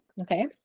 Okay